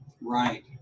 right